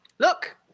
Look